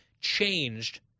changed